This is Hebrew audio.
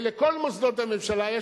ולכל מוסדות הממשלה.